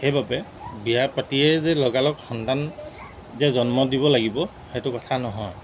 সেইবাবে বিয়া পাতিয়েই যে লগালগ সন্তান যে জন্ম দিব লাগিব সেইটো কথা নহয়